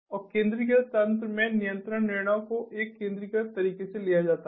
और केंद्रीकृत तंत्र में नियंत्रण निर्णयों को एक केंद्रीकृत तरीके से लिया जाता है